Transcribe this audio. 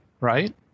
right